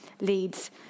leads